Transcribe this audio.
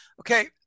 Okay